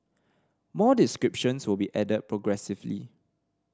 more descriptions will be added progressively